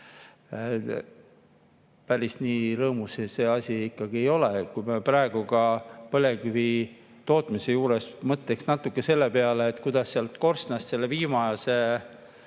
Päris nii rõõmus see asi ikkagi ei ole. Kui me praegu põlevkivitootmise juures mõtleks natuke selle peale, kuidas sealt korstnast selle viimasegi